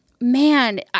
man